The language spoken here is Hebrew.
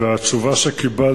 וזו התשובה שקיבלתי: